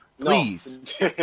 Please